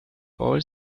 all